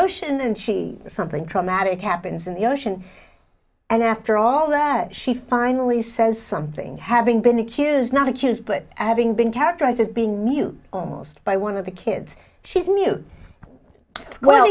ocean and she something traumatic happens in the ocean and after all that she finally says something having been accused not accused but having been categorized as being mute almost by one of the kids she's knew well